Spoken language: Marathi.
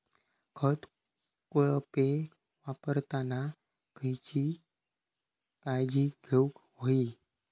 खत कोळपे वापरताना खयची काळजी घेऊक व्हयी?